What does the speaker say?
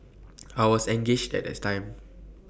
I was engaged at that time